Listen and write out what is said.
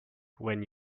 when